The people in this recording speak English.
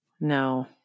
No